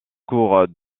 cours